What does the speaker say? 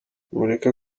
mureke